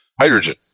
hydrogen